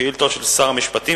שאילתות לשר המשפטים.